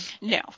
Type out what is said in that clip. No